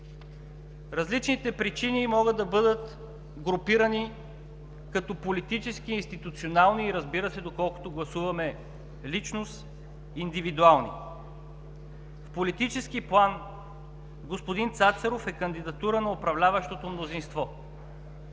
Различните причини могат да бъдат групирани като политически, институционални и, разбира се, доколкото гласуваме личност, индивидуални. В политически план господин Цацаров е кандидатура на управляващото мнозинство.